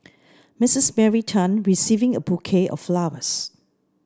Mistress Mary Tan receiving a bouquet of flowers